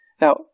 Now